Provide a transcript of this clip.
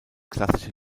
klassische